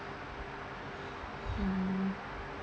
hmm